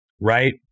Right